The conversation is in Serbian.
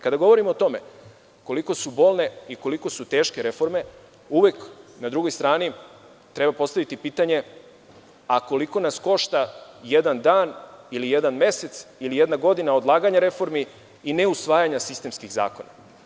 Kada govorimo o tome koliko su bolne i koliko su teške reforme, uvek na drugoj strani treba postaviti pitanje – a koliko nas košta jedan dan ili jedan mesec ili jedna godina odlaganja reformi i neusvajanja sistemskih zakona?